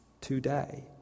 today